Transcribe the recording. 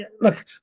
look